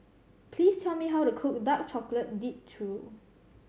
please tell me how to cook dark chocolate dip churro